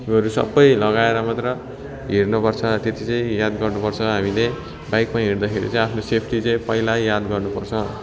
त्योहरू सबै लगाएर मात्र हिँड्नु पर्छ त्यति चाहिँ याद गर्नु पर्छ हामीले बाइकमा हिँड्दाखेरि चाहिँ आफ्नो सेफ्टी चाहिँ पहिला याद गर्नु पर्छ